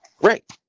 Right